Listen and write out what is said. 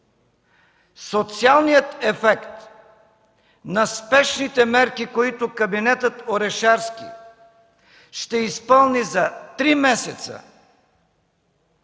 социалният ефект на спешните мерки, които кабинетът Орешарски ще изпълни за три месеца,